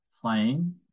playing